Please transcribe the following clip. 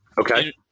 Okay